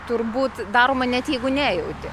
turbūt daroma net jeigu nejauti